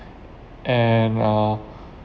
and uh